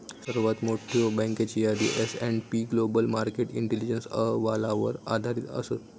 सर्वात मोठयो बँकेची यादी S and P Global Market Intelligence अहवालावर आधारित असत